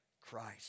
Christ